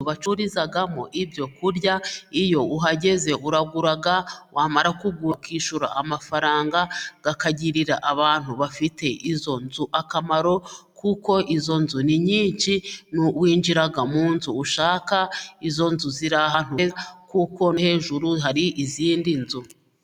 Inzu bacururizamo ibyo kurya, iyo uhageze uragura, wamara kugura ukishyura amafaranga, akakagirira abantu bafite izo nzu akamaro, kuko izo nzu ni nyinshi, winjira mu nzu ushaka, izo nzu ziri ahantu heza kuko hejuru hari izindi nzu.